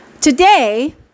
Today